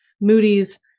moody's